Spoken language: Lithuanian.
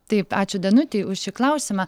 taip ačiū danutei už šį klausimą